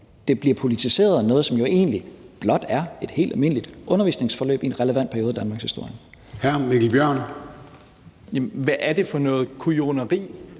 er bange for, at noget, som jo egentlig blot er et helt almindeligt undervisningsforløb i en relevant periode af danmarkshistorien, bliver politiseret.